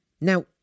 Now